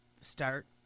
start